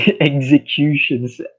executions